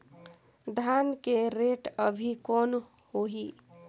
धान के रेट अभी कौन होही?